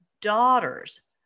daughters